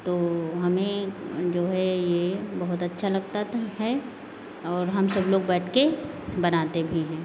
तो हमें जो है बहुत अच्छा लगता तो है और हम सब लोग बैठ के बनाते भी हैं